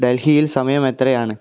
ഡൽഹിയിൽ സമയം എത്രയാണ്